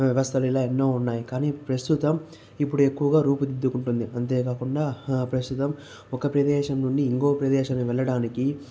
ఇలా వ్యవస్థలు ఎన్నో ఉన్నాయి కానీ ప్రస్తుతం ఇప్పుడు ఎక్కువగా రూపుదిద్దుకుంటుంది అంతేకాకుండా ప్రస్తుతం ఒక ప్రదేశం నుండి ఇంకో ప్రదేశానికి వెళ్ళడానికి